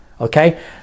Okay